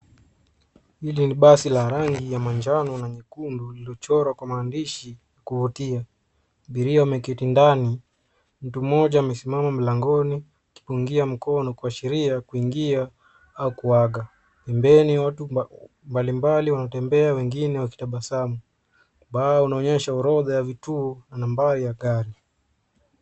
Hili ni basi la rangi ya manjano na nyekundu iliyochorwa kwa maandishi ya kuvutia. Abiria wameketi ndani, mtu mmoja amesimama mlangoni akipungia mkono kuashiria kuingia au kuwaaga. Pembeni watu mbalimbali wanatembea wengine wakitabasamu. Bango inaonyesha orodha ya vituo na nambari ya gari.